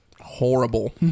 horrible